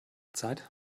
zeit